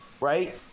right